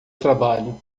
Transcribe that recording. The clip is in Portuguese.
trabalho